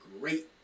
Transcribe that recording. great